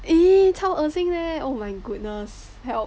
!ee! 超恶心 leh oh my goodness